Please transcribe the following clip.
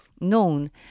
known